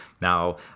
Now